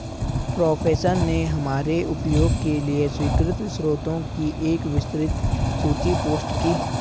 professor ने हमारे उपयोग के लिए स्वीकृत स्रोतों की एक विस्तृत सूची पोस्ट की